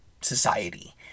society